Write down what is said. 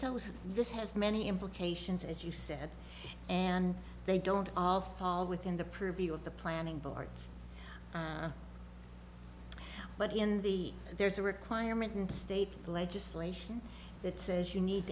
is this has many implications as you said and they don't all fall within the purview of the planning boards but in the there's a requirement and state legislation that says you need